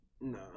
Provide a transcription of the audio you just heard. No